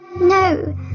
No